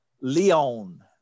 Leon